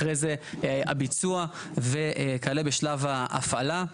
אחרי זה הביצוע וכלה בשלב ההפעלה.